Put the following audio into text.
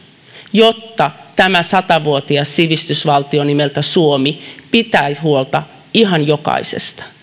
jotta tämä sata vuotias sivistysvaltio nimeltä suomi pitäisi huolta ihan jokaisesta